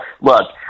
Look